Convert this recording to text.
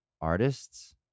artists